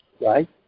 right